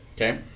Okay